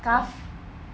!huh!